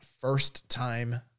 first-time